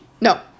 No